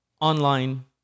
online